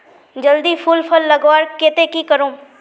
जल्दी फूल फल लगवार केते की करूम?